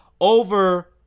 over